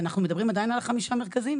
אין הרבה מטפלים ואין הרבה בתוך מערכת החינוך,